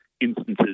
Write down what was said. instances